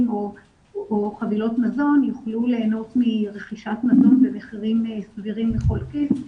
או חבילות מזון יוכלו ליהנות מרכישת מזון במחירים סבירים לכל כיס,